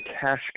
cash